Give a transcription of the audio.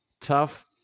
Tough